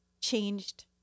changed